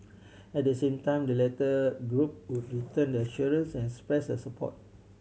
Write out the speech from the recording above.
at the same time the latter group would return the assurances and express support